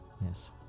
Yes